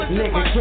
nigga